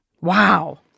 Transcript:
Wow